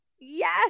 Yes